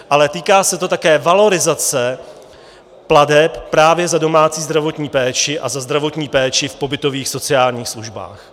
Ale týká se to také valorizace plateb právě za domácí zdravotní péči a za zdravotní péči v pobytových sociálních službách.